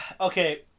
Okay